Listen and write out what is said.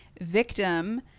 victim